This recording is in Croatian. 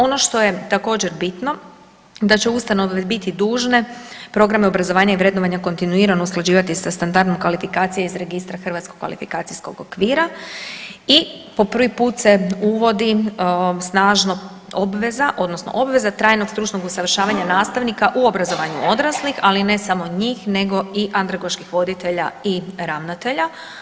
Ono što je također bitno da će ustanove biti dužne programe obrazovanja i vrednovanja kontinuirano usklađivati sa standardom kvalifikacije iz registra HKO-a i po prvi put se uvodi snažno obveza odnosno obveza trajnog stručnog usavršavanja nastavnika u obrazovanju odraslih, ali ne samo njih nego i andragoških voditelja i ravnatelja.